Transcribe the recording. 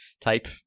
type